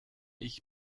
ich